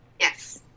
Yes